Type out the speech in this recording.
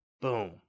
Boom